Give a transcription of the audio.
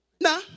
Nah